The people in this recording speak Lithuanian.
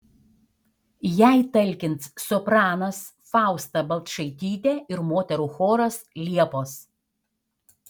jai talkins sopranas fausta balčaitytė ir moterų choras liepos